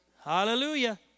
Hallelujah